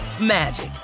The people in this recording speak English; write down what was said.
magic